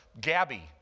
Gabby